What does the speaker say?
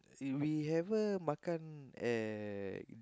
did we ever makan at